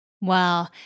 Wow